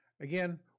Again